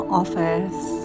office